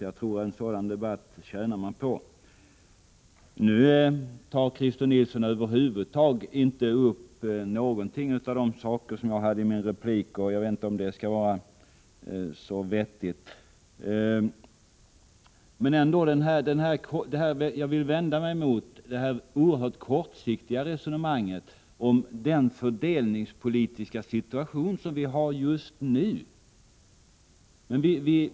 Jag tror att man tjänar på detta. Christer Nilsson tar över huvud taget inte upp något av det jag framförde i min replik. Jag vill vända mig mot hans oerhört kortsiktiga resonemang om den fördelningspolitiska situation vi har just nu.